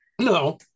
no